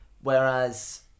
Whereas